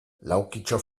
laukitxo